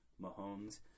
Mahomes